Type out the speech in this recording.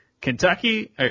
Kentucky